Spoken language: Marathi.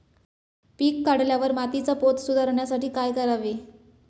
पीक काढल्यावर मातीचा पोत सुधारण्यासाठी काय करावे?